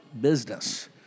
business